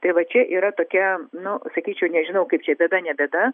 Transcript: tai va čia yra tokia nu sakyčiau nežinau kaip čia bėda ne bėda